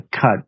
cut